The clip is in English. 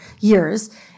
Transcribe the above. years